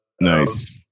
nice